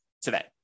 today